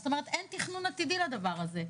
זאת אומרת אין תכנון עתידי לדבר הזה,